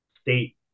state